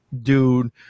dude